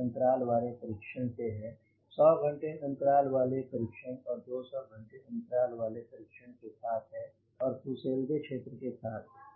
अंतराल वाले परीक्षण से है 100 घंटे अंतराल वाले परीक्षण और 200 घंटे अंतराल वाले परीक्षण के साथ है और फुसेलगे क्षेत्र के साथ है